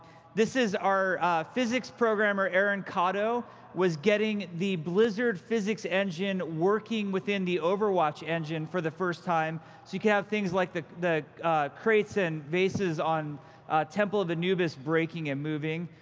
this is our physics programmer erin catto getting the blizzard physics engine working within the overwatch engine for the first time, so you can have things like the the crates and vases on temple of anubis breaking and moving.